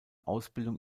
ausbildung